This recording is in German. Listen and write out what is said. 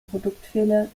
produktfehler